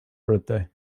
birthday